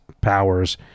powers